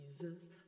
Jesus